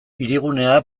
hirigunea